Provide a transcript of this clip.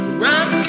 Run